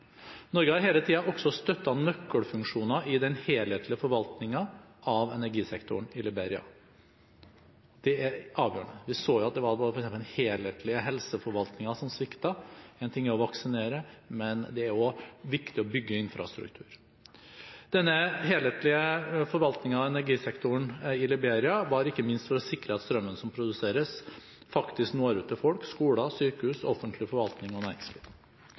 Norge har hele tiden også støttet nøkkelfunksjoner i den helhetlige forvaltningen av energisektoren i Liberia. Det er avgjørende. Vi så f.eks. at det var den helhetlige helseforvaltningen som sviktet. En ting er å vaksinere, men det er også viktig å bygge infrastruktur. Denne helhetlige forvaltningen av energisektoren i Liberia var ikke minst for å sikre at strømmen som produseres, faktisk når ut til folk, skoler, sykehus, offentlig forvaltning og næringsliv.